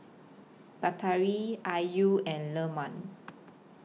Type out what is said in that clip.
Batari Ayu and Leman